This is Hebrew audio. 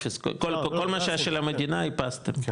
אפס, כל מה שהיה של המדינה איפסתם.